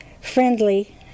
Friendly